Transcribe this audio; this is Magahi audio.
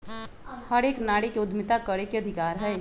हर एक नारी के उद्यमिता करे के अधिकार हई